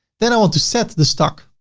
then i want to set the stock.